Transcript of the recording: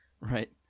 Right